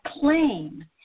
claim